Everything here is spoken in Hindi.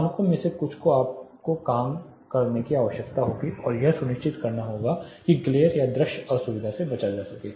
मानकों में से कुछ को आपको काम करने की आवश्यकता होगी और यह सुनिश्चित करना होगा कि ग्लेर या दृश्य असुविधा से बचा जाए